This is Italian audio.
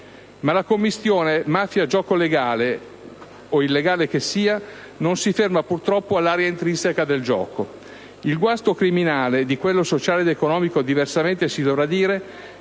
Ma la commistione mafia e gioco - legale o illegale che sia - non si ferma purtroppo all'area intrinseca del gioco. Il guasto criminale - di quello sociale ed economico diversamente si dovrà dire